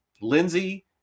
Lindsey